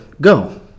Go